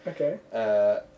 Okay